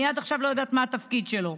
אני עד עכשיו לא יודעת מה התפקיד שלו,